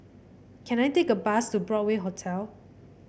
can I take a bus to Broadway Hotel